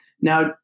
now